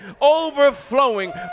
Overflowing